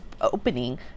opening